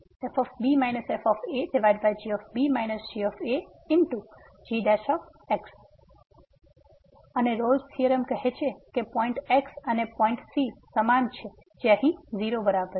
તેથી ϕxfx fb fagb gagx અને Rolle's theorem કહે છે કે પોઈંટ x અને પોઈંટ c સમાન છે જે અહી 0 બરાબર છે